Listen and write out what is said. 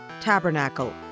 Tabernacle